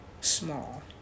Small